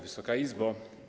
Wysoka Izbo!